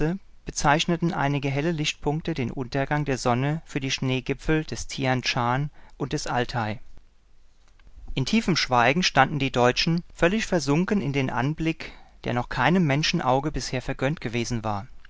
bezeichneten einige helle lichtpunkte den untergang der sonne für die schneegipfel des tianschan und des altai in tiefem schweigen standen die deutschen völlig versunken in den anblick der noch keinem menschenauge bisher vergönnt gewesen war